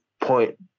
point